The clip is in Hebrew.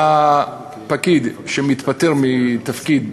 פקיד שמתפטר מתפקיד,